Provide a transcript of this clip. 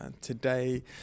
Today